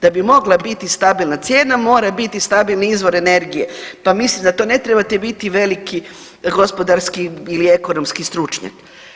Da bi mogla biti stabilna cijena mora biti stabilni izvor energije, pa mislim da to ne trebate biti veliki gospodarski ili ekonomski stručnjak.